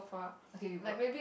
okay we work